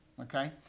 Okay